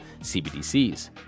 CBDCs